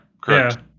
Correct